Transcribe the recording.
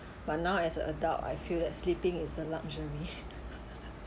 but now as an adult I feel that sleeping is a luxury